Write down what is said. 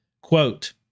quote